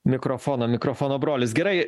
mikrofono mikrofono brolis gerai